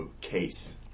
case